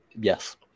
Yes